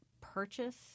purchase